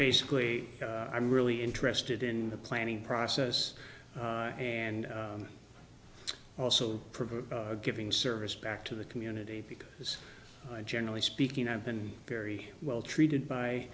basically i'm really interested in the planning process and also giving service back to the community because i generally speaking i've been very well treated by